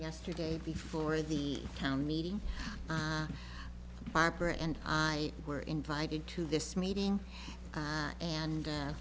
yesterday before the town meeting barbara and i were invited to this meeting and